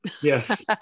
Yes